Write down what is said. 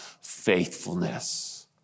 faithfulness